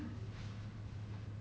mm